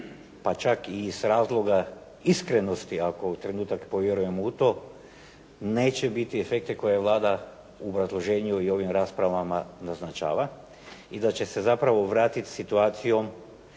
pa čak iz razloga iskrenosti, ako trenutak povjerujemo u to, neće biti efekti koje Vlada u obrazloženju i ovim raspravama naznačava i da će se zapravo vratit situacijom